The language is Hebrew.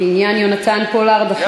יש מחלוקת באופוזיציה, זה